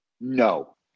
no